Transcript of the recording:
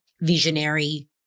Visionary